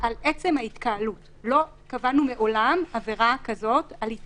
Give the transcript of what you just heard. יש סיטואציות שלא יוכלו לפתוח מתי"א,